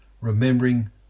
remembering